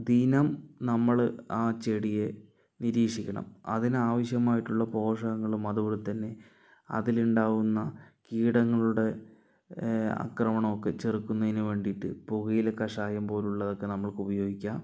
ദിനം നമ്മള് ആ ചെടിയെ നിരീക്ഷിക്കണം അതിന് ആവിശ്യമായിട്ടുള്ള പോഷകങ്ങളും അതുപോലെ തന്നെ അതിലുണ്ടാകുന്ന കീടങ്ങളുടെ അക്രമണമൊക്കെ ചെറുക്കുന്നതിന് വേണ്ടീട്ട് പുകയില കഷായം പോലുള്ളതൊക്കെ നമുക്ക് ഉപയോഗിക്കാം